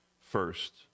first